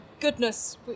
goodness